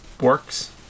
works